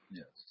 Yes